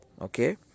Okay